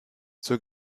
zur